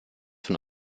von